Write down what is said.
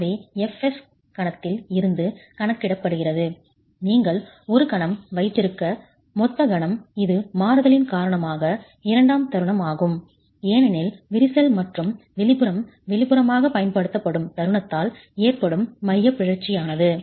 எனவே fs கணத்தில் இருந்து கணக்கிடப்படுகிறது நீங்கள் ஒரு கணம் வைத்திருக்கும் மொத்த கணம் இது மாறுதலின் காரணமாக இரண்டாம் தருணம் ஆகும் ஏனெனில் விரிசல் மற்றும் வெளிப்புறம் வெளிப்புறமாக பயன்படுத்தப்படும் தருணத்தால் ஏற்படும் மையப் பிறழ்ச்சியானது